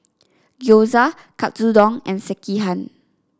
Gyoza Katsudon and Sekihan